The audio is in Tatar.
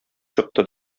чыкты